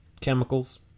chemicals